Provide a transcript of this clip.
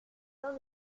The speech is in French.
temps